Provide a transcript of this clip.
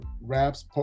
raps